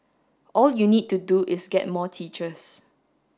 all you need to do is get more teachers